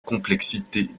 complexité